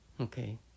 Okay